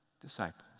disciples